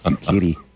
kitty